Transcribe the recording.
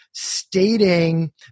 stating